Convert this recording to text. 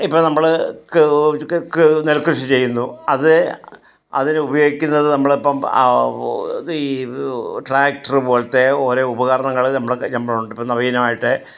ഇപ്പോൾ നമ്മൾ ക്ക് ക്ക് നെൽകൃഷി ചെയ്യുന്നു അത് അതിനുപയോഗിക്കുന്നത് നമ്മളിപ്പോൾ അത് ട്രാക്ടറ് പോലത്തെ ഓരേ ഉപകരണങ്ങൾ നമ്മൾ നമ്മളുണ്ട് ഇപ്പോൾ നവീനമായിട്ട്